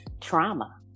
trauma